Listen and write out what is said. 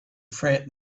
freight